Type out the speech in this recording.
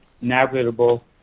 navigable